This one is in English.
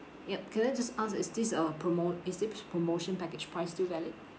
yup can I just ask is this uh promo~ is this promotion package price still valid